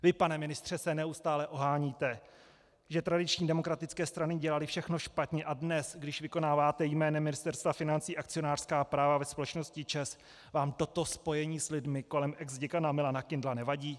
Vy, pane ministře, se neustále oháníte, že tradiční demokratické strany dělaly všechno špatně, a dnes, když vykonáváte jménem Ministerstva financí akcionářská práva ve společnosti ČEZ, vám toto spojení s lidmi kolem exděkana Milana Kindla nevadí?